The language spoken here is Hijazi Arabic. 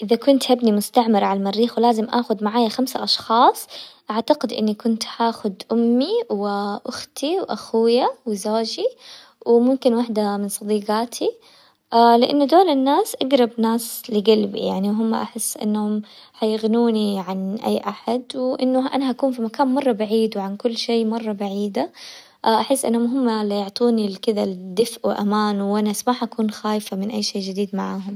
اذا كنت هبني مستعمرة عالمريخ ولازم اخذ معايا خمسة اشخاص، اعتقد اني كنت حاخد امي واختي واخويا وزوجي وممكن وحدة من صديقاتي، لان دول الناس اقرب ناس لقلبي يعني، وهم احس انهم يغنوني عن اي احد، وانه انا حكون في مكان مرة بعيد، وعن كل شي مرة بعيدة، احس انهم هم اللي يعطوني لكذا الدفء وامان وانا ما حكون خايفة من اي شي جديد معاهم.